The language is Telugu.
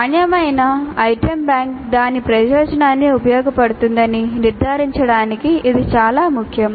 నాణ్యమైన ఐటెమ్ బ్యాంక్ దాని ప్రయోజనానికి ఉపయోగపడుతుందని నిర్ధారించడానికి ఇది చాలా ముఖ్యం